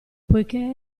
poiché